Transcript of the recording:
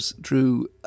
drew